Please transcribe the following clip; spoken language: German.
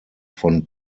von